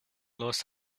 los